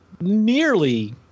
nearly